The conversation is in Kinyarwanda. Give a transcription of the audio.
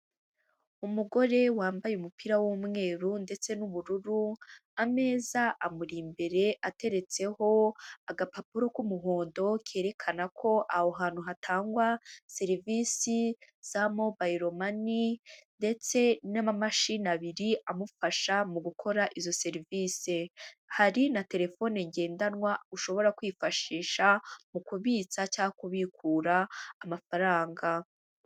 Umugore wambaye umupira w'umweru ndetse n'ubururu, ameza amuri imbere ateretseho agapapuro k'umuhondo kerekana ko aho hantu hatangwa serivisi za mobayilo mani, ndetse n'amamashini abiri amufasha mu gukora izo serivise; hari na telefone ngendanwa ushobora kwifashisha mu kubitsa cyangwa kubikura amafaranga.